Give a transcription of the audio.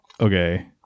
Okay